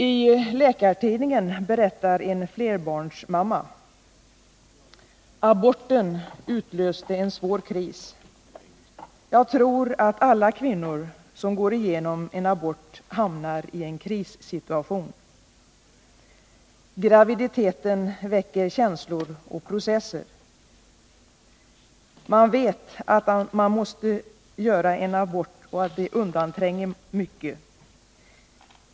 I Läkartidningen berättar en flerbarnsmamma följande: Aborten utlöste en svår kris. Jag tror att alla kvinnor som går igenom en abort hamnar i en krissituation. Graviditeten väcker känslor och processer. Vet man att man måste göra en abort undantränger man mycket.